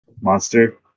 monster